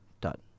dot